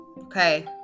okay